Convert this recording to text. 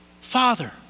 Father